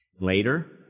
Later